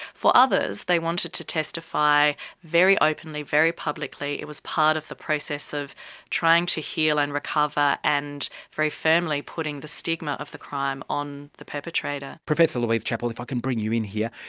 for others they wanted to testify very openly, very publicly, it was part of the process of trying to heal and recover and very firmly putting the stigma of the crime on the perpetrator. professor louise chappel, if i can bring you in here.